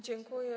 Dziękuję.